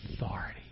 authority